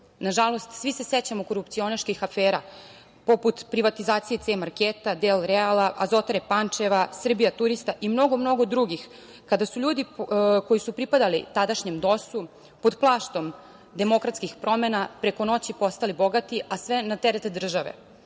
grupu. Nažalost, svi se sećamo korupcionaških afera poput privatizacije „C marketa“, „Del Reala“, Azotare iz Pančeva, Srbija Turista i mnogo drugih kada su ljudi koji su pripadali tadašnjem DOS-u pod plaštom demokratskih promena preko noći postali bogati, a sve na teret države,